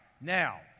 Now